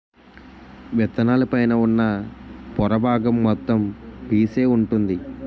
విత్తనాల పైన ఉన్న పొర బాగం మొత్తం పీసే వుంటుంది